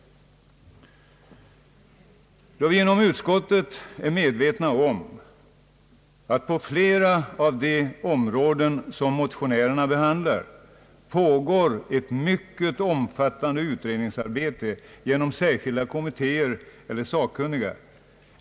Vi är inom utskottsmajoriteten medvetna om att på flera av de områden som motionärerna berör ett mycket omfattande utredningsarbete pågår i särskilda kommittéer eller genom sakkunniga.